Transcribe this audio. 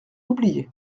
oublié